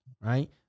Right